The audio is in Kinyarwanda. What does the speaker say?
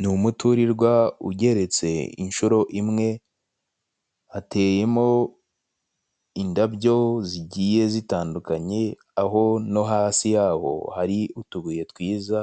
Ni umuturirwa, ugeretse incuro imwe, hateye mo indabyo zigiye zitandukanye, aho no hasi yaho hari utubuye twiza